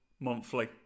Monthly